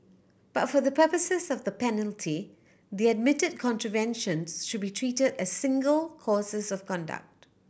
but for the purposes of the penalty the admitted contraventions should be treated as single courses of conduct